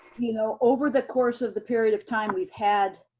you know over the course of the period of time we've had